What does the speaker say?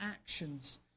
actions